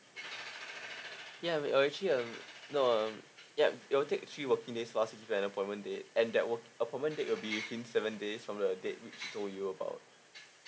ya it will actually um no um yup it will take three working days fast to give you an appointment date and that will appointment date will be within seven days from the date show you about